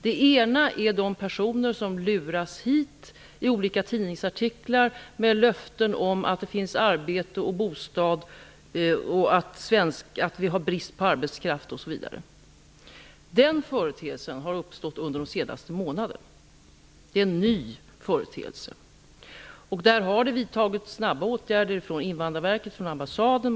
Den ena gäller de personer som luras hit av olika tidningsartiklar med löften t.ex. om att det finns arbeten och bostäder och om att Sverige har brist på arbetskraft. Den företeelsen har uppstått under de senaste månaderna. Det är alltså en ny företeelse. Det har vidtagits snabba åtgärder av Invandrarverket och ambassaden.